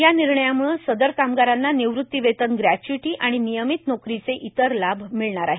या निर्णयाम्ळे सदर काम कामगारांना निवृत्ती वेतन ग्रष्ट्य्ईटी आणि नियमित नोकरीचे इतर लाभ मिळणार आहेत